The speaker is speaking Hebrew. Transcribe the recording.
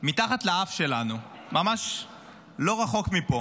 מתחת לאף שלנו, ממש לא רחוק מפה,